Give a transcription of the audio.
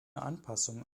anpassung